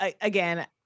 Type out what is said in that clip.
again